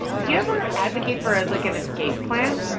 do you ever advocate for, like, an escape plan?